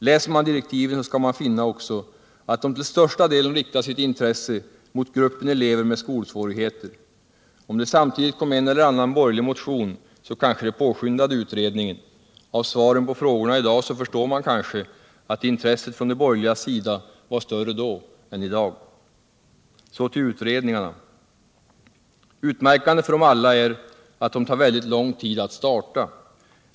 Läser man direktiven skall man också finna att de till största delen riktar sitt intresse mot gruppen elever med skolsvårigheter. Om det samtidigt kom en eller annan borgerlig motion, så kanske det påskyndade utredningen. Av svaren på frågorna i dag förstår man kanske att intresset från de borgerligas sida var större då än i dag. Så till utredningarna. Utmärkande för dem alla är att de tar väldigt lång tid att starta.